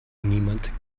niemand